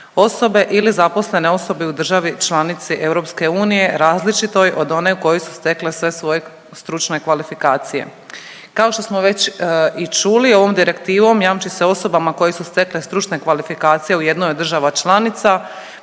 osobe ili zaposlene osobe u državi članici EU različitoj od one u kojoj su stekle sve svoje stručne kvalifikacije. Kao što smo već i čuli ovom Direktivom jamči se osobama koje su stekle stručne kvalifikacije u jednoj od država članica